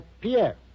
Pierre